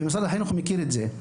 ומשרד החינוך מכיר את זה.